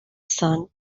son